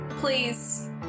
Please